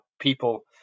people